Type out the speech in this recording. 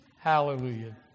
Hallelujah